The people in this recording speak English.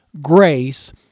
grace